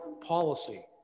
policy